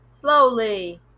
slowly